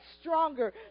stronger